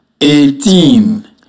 eighteen